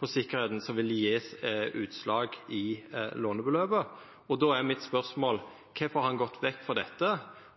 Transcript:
på sikkerheita som ville gje utslag i lånebeløpet, og då er spørsmålet mitt: Kvifor har han gått vekk frå dette,